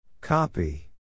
Copy